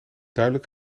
duidelijk